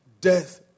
death